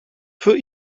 für